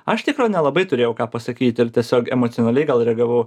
aš tikro nelabai turėjau ką pasakyti ir tiesiog emocionaliai gal reagavau